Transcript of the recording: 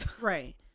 Right